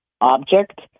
object